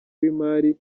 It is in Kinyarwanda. w’imari